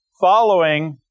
following